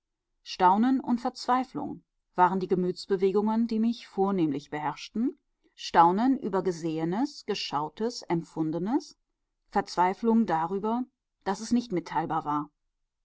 staunen und verzweiflung waren die gemütsbewegungen die mich vornehmlich beherrschten staunen über gesehenes geschautes empfundenes verzweiflung darüber daß es nicht mitteilbar war